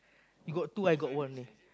you got two I got one eh